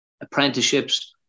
apprenticeships